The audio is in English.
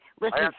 Listen